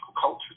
culture